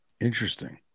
Interesting